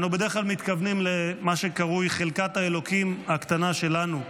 בדרך כלל אנו מתכוונים למה שקרוי "חלקת האלוקים הקטנה שלנו".